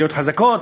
עיריות חזקות,